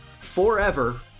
forever